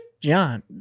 John